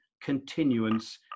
continuance